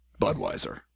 Budweiser